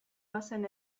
bazen